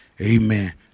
amen